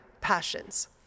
passions